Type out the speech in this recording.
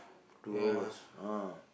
two hours ah